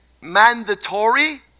mandatory